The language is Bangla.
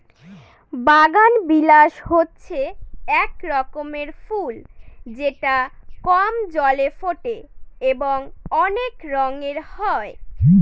বাগানবিলাস হচ্ছে এক রকমের ফুল যেটা কম জলে ফোটে এবং অনেক রঙের হয়